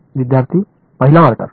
विद्यार्थीः 1 ला ऑर्डर